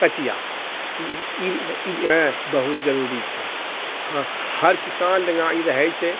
कचिआ ई बहुत जरूरी छै हर किसान लगाँ ई रहै छै